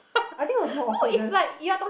I think was more awkward just